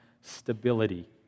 stability